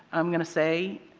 i'm going to say,